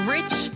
Rich